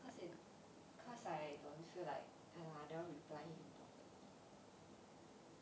cause it cause I don't feel like I don't know I never reply him properly